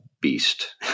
beast